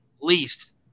Leafs